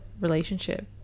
relationship